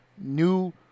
New